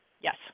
Yes